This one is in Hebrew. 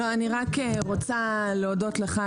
אני רק רוצה להודות לך,